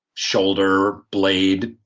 shoulder blade,